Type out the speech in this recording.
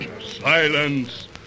silence